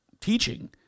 teaching